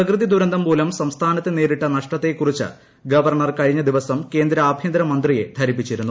പ്രകൃതിദുരന്തം മുലം സംസ്ഥാനത്തിനു നേരിട്ട നഷ്ടത്തെക്കുറിച്ച് ഗവർണർ കഴിഞ്ഞദിവസം കേന്ദ്ര ആഭ്യന്തര മന്ത്രിയെ ധരിപ്പിച്ചിരുന്നു